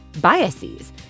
biases